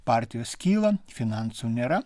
partijos skyla finansų nėra